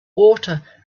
water